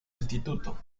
instituto